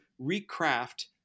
recraft